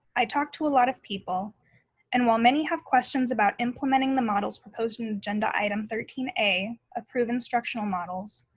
i talk to a lot of people and while many have questions about implementing the models proposed in the agenda item thirteen a approve instructional models,